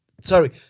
sorry